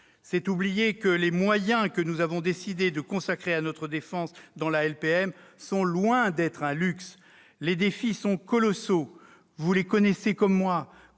C'est oublier que les moyens que nous avons décidé de consacrer à notre défense dans la LPM sont loin d'être un luxe ! Les défis sont colossaux, vous les connaissez comme moi,